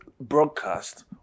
broadcast